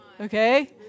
Okay